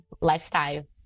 lifestyle